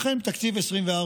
ייתכן שבתקציב 2024,